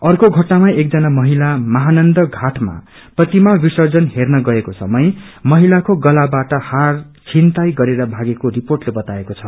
अर्को घटनामा एक जना महिला महानन्दा घाटमा प्रतिमा विर्सजन हेन गएको समय महिलाको गलाबाट हार छिनताई गरेर भागेको रिर्पोटले बताएको छ